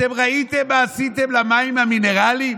אתם ראיתם מה עשיתם למים המינרליים?